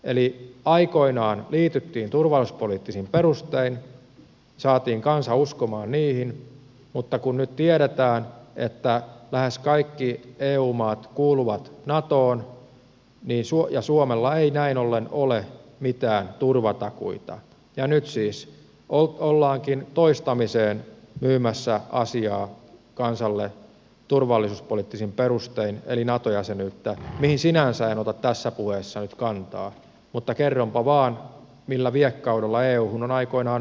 eli aikoinaan liityttiin turvallisuuspoliittisin perustein saatiin kansa uskomaan niihin mutta kun nyt tiedetään että lähes kaikki eu maat kuuluvat natoon ja suomella ei näin ollen ole mitään turvatakuita nyt siis ollaankin toistamiseen myymässä asiaa kansalle turvallisuuspoliittisin perustein eli nato jäsenyyttä mihin sinänsä en ota tässä puheessa nyt kantaa mutta kerronpa vain millä viekkaudella euhun on aikoinaan kansa viety